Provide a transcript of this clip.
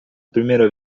primeira